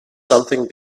something